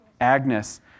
Agnes